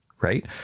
Right